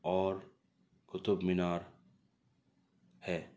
اور قطب مینار ہے